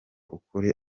ukuri